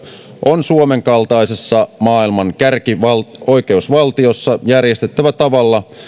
on suomen kaltaisessa maailman kärkioikeusvaltiossa järjestettävä tavalla